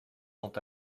sont